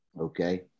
okay